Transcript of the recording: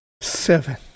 Seven